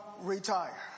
retire